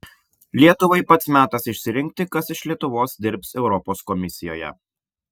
lietuvai pats metas išsirinkti kas iš lietuvos dirbs europos komisijoje